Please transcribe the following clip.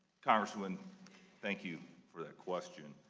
congresswoman thank you for that question,